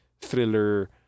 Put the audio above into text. thriller